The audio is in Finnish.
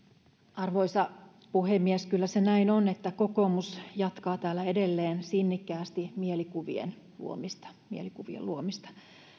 arvoisa puhemies kyllä se näin on että kokoomus jatkaa täällä edelleen sinnikkäästi mielikuvien luomista mielikuvien luomista